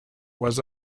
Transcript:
was